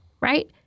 Right